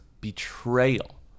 betrayal